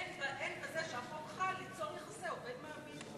אין בזה שהחוק חל ליצור יחסי עובד-מעביד.